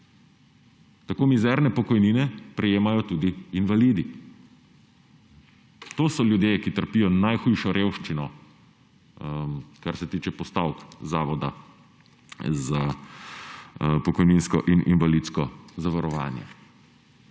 Tako mizerne pokojnine prejemajo tudi invalidi. To so ljudje, ki trpijo najhujšo revščino, kar se tiče postavk Zavoda za pokojninsko in invalidsko zavarovanje.